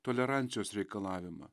tolerancijos reikalavimą